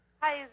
Hi